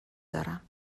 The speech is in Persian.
دارم